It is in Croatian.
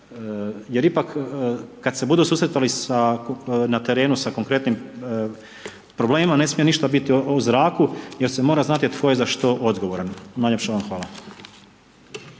jer ipak kad se budu susretali na terenu sa konkretnim problemima, ne smije ništa biti u zraku jer se mora znati tko je za što odgovoran. Najljepša vam hvala.